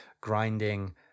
grinding